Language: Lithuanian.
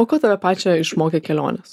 o ko tave pačią išmokė kelionės